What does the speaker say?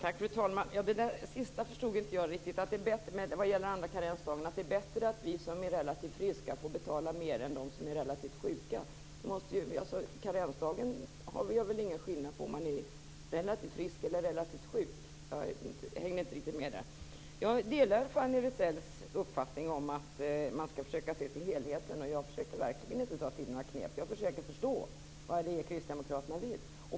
Fru talman! Det sista som handlade om den andra karensdagen förstod jag inte riktigt - att det är bättre att vi som är relativt friska får betala mer än de som är relativt sjuka. Karensdagen gör väl ingen skillnad på om man är relativt frisk eller relativt sjuk? Jag hängde inte riktigt med i detta. Jag delar Fanny Rizells uppfattning om att man skall försöka se till helheten, och jag försökte verkligen inte ta till några knep. Jag försöker förstå vad Kristdemokraterna vill.